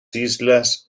islas